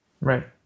Right